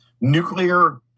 nuclear